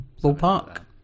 ballpark